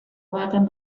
bat